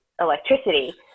electricity